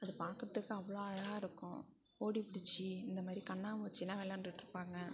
அது பார்க்குறதுக்கு அவ்வளோ அழகாக இருக்கும் ஓடிபிடிச்சி இந்த மாதிரி கண்ணாம்பூச்சிலாம் விளாண்டுட்டு இருப்பாங்க